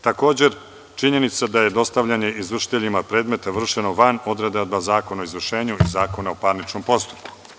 Takođe, činjenica da je dostavljanje izvršiteljima predmeta vršeno van odredaba Zakona o izvršenju i Zakona o parničnom postupku.